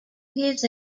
his